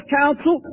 council